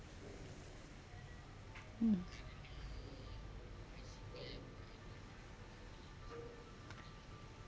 mm